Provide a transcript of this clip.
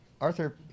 Arthur